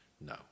No